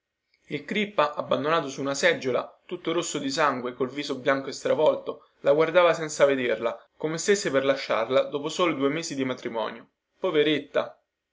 il crippa abbandonato su di una seggiola tutto rosso di sangue col viso bianco e stravolto la guardava senza vederla come stesse per lasciarla dopo soli due mesi di matrimonio poveretta